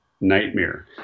nightmare